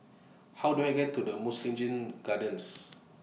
How Do I get to The Mugliston Gardens